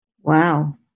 Wow